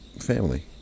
family